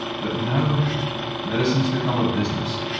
but now medicine's become a business.